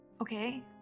okay